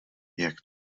jak